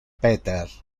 peter